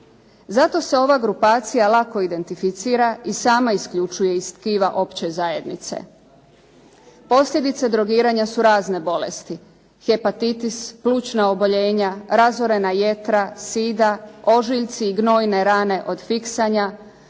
Zato se ova grupacija lako identificira i sama isključuje iz tkiva opće zajednice. Posljedice drogiranja su razne bolesti. Hepatitis, plućna oboljenja, razorena jetra, SIDA, ožiljci i gnojne rane od fiksanja,